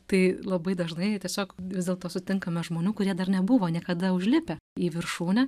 tai labai dažnai tiesiog vis dėlto sutinkame žmonių kurie dar nebuvo niekada užlipę į viršūnę